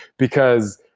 because,